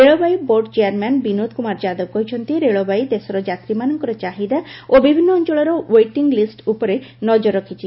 ରେଳବାଇ board chairman Vinod Kumar Yadav କହିଛନ୍ତି railway ଦେଶର ଯାତ୍ରୀମାନଙ୍କର ଚାହିଦା ଓ ବିଭିନ୍ନ ଅଅଳର ଓଏଟିଂ ଲିଷ୍ ଉପରେ ନଜର ରଖିଛି